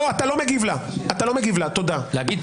אין בעיה,